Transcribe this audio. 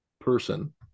person